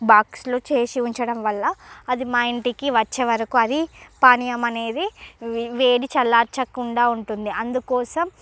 బాక్సులో చేసి ఉంచడంవల్ల అది మా ఇంటికి వచ్చేవరకు అది పానియం అనేది వేడి చల్లార్చకుండా ఉంటుంది అందుకోసం